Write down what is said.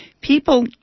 people